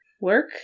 work